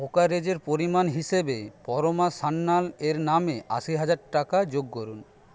ব্রোকারেজের পরিমাণ হিসেবে পরমা সান্যাল এর নামে আশি হাজার টাকা যোগ করুন